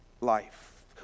life